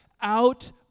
out